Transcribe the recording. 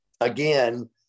again